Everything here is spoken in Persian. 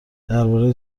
درباره